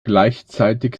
gleichzeitig